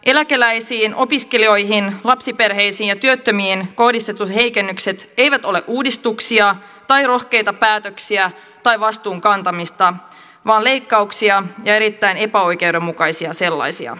eläkeläisiin opiskelijoihin lapsiperheisiin ja työttömiin kohdistetut heikennykset eivät ole uudistuksia tai rohkeita päätöksiä tai vastuun kantamista vaan leikkauksia ja erittäin epäoikeudenmukaisia sellaisia